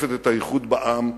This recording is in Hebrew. שמשקפת את האיחוד בעם,